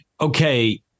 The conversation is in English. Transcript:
Okay